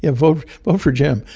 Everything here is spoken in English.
ah vote vote for jim.